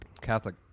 Catholic